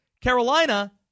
Carolina